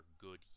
good